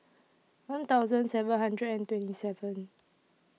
one thousand seven hundred and twenty seven